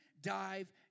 dive